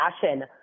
fashion